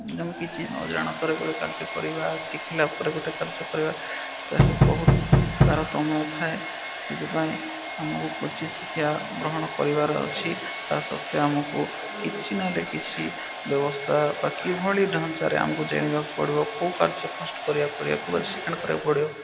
ଯେମିତି କିଛି ନଜାଣତରେ ଗୋଟେ କାର୍ଯ୍ୟ କରିବା ଶିଖିଲା ପରେ ଗୋଟେ କାର୍ଯ୍ୟ କରିବା ତାହେଲେ ବହୁତ ତାରତମ୍ୟ ଥାଏ ସେଥିପାଇଁ ଆମକୁ କରୁଛି ଶିକ୍ଷା ଗ୍ରହଣ କରିବାର ଅଛି ତା ସତ୍ତ୍ୱେ ଆମକୁ କିଛି ନହେଲେ କିଛି ବ୍ୟବସ୍ଥା ବା କିଭଳି ଢ଼ାଞ୍ଚାରେ ଆମକୁ ଜାଣିବାକୁ ପଡ଼ିବ କେଉଁ କାର୍ଯ୍ୟ ଫାର୍ଷ୍ଟ୍ କରିବାକୁ ପଡ଼ିବ କେଉଁ ସେକେଣ୍ଡ କରିବାକୁ ପଡ଼ିବ